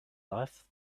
life